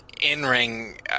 In-ring